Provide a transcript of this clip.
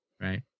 right